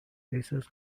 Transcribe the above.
racers